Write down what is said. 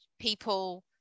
People